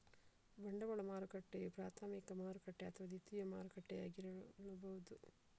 ಬಂಡವಾಳ ಮಾರುಕಟ್ಟೆಯು ಪ್ರಾಥಮಿಕ ಮಾರುಕಟ್ಟೆ ಅಥವಾ ದ್ವಿತೀಯ ಮಾರುಕಟ್ಟೆಯಾಗಿರಬಹುದು